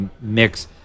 mix